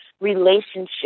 relationship